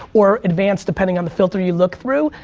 or advanced depending on the filter you look through.